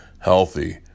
healthy